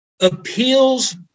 appeals